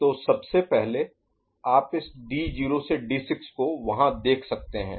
तो सबसे पहले आप इस D0 से D6 को वहां देख सकते हैं